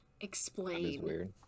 Explain